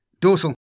Dorsal